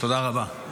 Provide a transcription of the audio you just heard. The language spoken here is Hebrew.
תודה רבה.